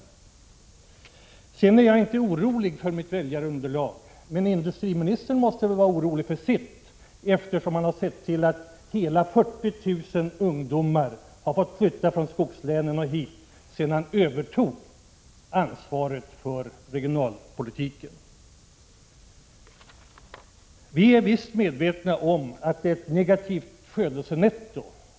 Sedan vill jag säga att jag inte är orolig för mitt väljarunderlag. Men industriministern måste väl vara orolig för sitt, eftersom han har sett till att inte mindre än 40 000 ungdomar har fått flytta från skogslänen till Stockholmsregionen sedan han övertog ansvaret för regionalpolitiken. Vi är visst medvetna om att det är ett negativt födelsenetto i de här berörda områdena.